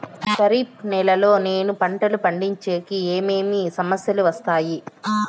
ఖరీఫ్ నెలలో నేను పంటలు పండించేకి ఏమేమి సమస్యలు వస్తాయి?